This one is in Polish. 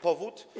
Powód?